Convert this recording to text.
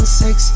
sex